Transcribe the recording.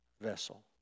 vessel